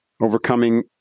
overcoming